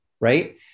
right